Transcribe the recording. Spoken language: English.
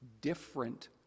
different